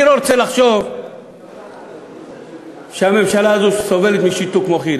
אני לא רוצה לחשוב שהממשלה הזאת סובלת משיתוק מוחין,